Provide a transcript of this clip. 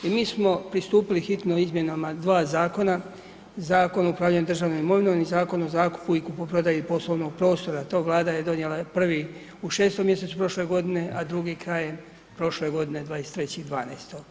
I mi smo pristupili hitno izmjenama 2 zakona, Zakon o upravljanju državnom imovinom i Zakon o zakupu i kupoprodaji poslovnog prostora, to Vlada je donijela prvi u 6. mjesecu prošle godine, a drugi krajem prošle godine 23.12.